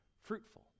fruitful